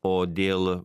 o dėl